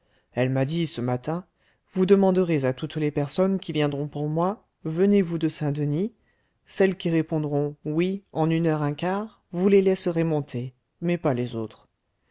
elle m'a dit ce matin vous demanderez à toutes les personnes qui viendront pour moi venez-vous de saint-denis celles qui répondront oui en une heure un quart vous les laisserez monter mais pas d'autres